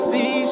See